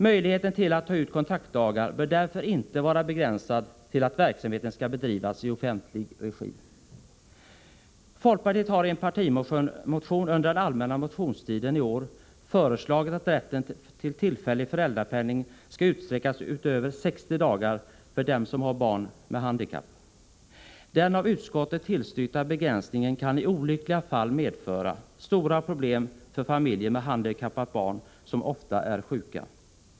Möjligheten till att ta ut kontaktdagar bör därför inte vara begränsad till att verksamheten skall bedrivas i offentlig regi. Folkpartiet har i en partimotion under den allmänna motionstiden i år föreslagit att rätten till tillfällig föräldrapenning skall utsträckas utöver 60 dagar för dem som har barn med handikapp. Den av utskottet tillstyrkta begränsningen kan i olyckliga fall medföra stora problem för familjer med handikappade barn som ofta är sjuka.